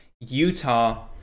Utah